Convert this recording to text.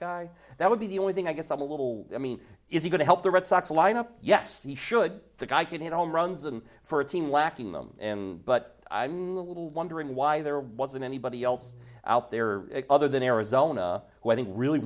sky that would be the only thing i guess i'm a little i mean is he going to help the red sox lineup yes he should the guy could hit home runs and for a team lacking them but i'm a little wondering why there wasn't anybody else out there other than arizona w